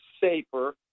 safer